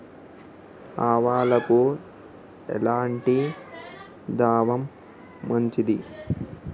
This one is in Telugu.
ఆవులకు ఎలాంటి దాణా మంచిది?